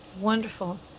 wonderful